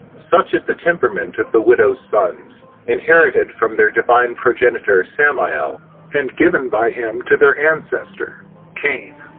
such is the temperament of the widow's sons inherited from their divine progenitor samael and given by him to their ancestor cain.